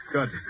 Good